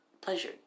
pleasure